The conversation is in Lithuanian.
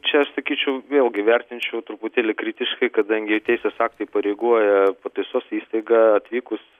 čia sakyčiau vėlgi vertinčiau truputėlį kritiškai kadangi teisės aktai įpareigoja pataisos įstaigą atvykus